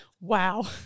Wow